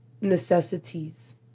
necessities